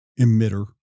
emitter